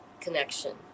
connection